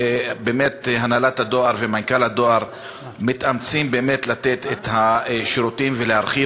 ובאמת הנהלת הדואר ומנכ"ל הדואר מתאמצים לתת את השירותים ולהרחיב.